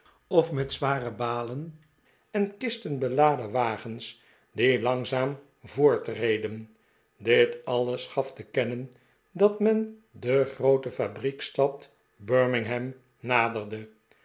of met zware balen en kisten beladen wagens die iangzaam voortreden dit alles gaf te kennen dat men de groote fabrieksstad birmingham naderde